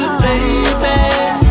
baby